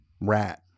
Rat